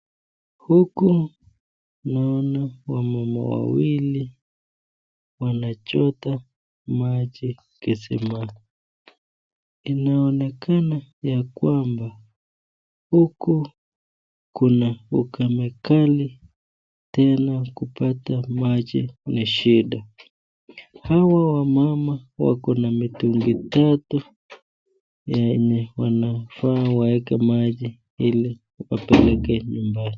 Huku naona wamama wawili wanachota maji kisimani. Inaonekana ya kwamba huku kuna ukame kali tena kupata maji ni shida. Hawa wamama wako na mitungi tatu yenye wanafaa waweke maji ili wapeleke nyumbani.